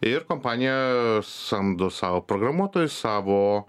ir kompanija samdo sau programuotojus savo